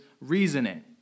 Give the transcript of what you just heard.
reasoning